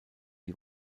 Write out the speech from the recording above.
die